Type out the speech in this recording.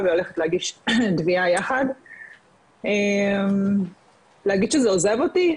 וללכת להגיש תביעה יחד להגיד שזה עוזב אותי,